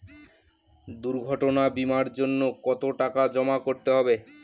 দুর্ঘটনা বিমার জন্য কত টাকা জমা করতে হবে?